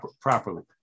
properly